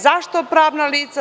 Zašto pravna lica?